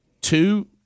two